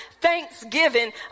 thanksgiving